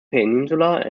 peninsula